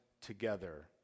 together